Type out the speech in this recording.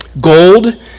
Gold